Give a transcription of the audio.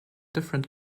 different